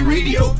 Radio